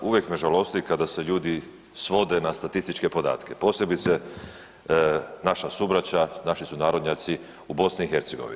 Uvijek me žalosti kada se ljudi svode na statističke podatke, posebice naša subraća, naši sunarodnjaci u BiH.